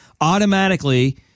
automatically